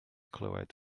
clywed